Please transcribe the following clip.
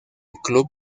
club